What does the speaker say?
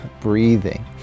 breathing